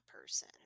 person